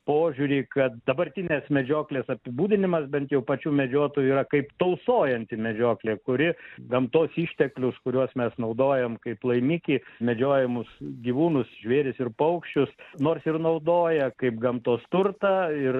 požiūrį kad dabartinės medžioklės apibūdinimas bent jau pačių medžiotojų yra kaip tausojanti medžioklė kuri gamtos išteklius kuriuos mes naudojam kaip laimikį medžiojamus gyvūnus žvėris ir paukščius nors ir naudoja kaip gamtos turtą ir